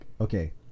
okay